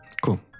Cool